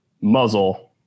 muzzle